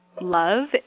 love